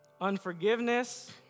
unforgiveness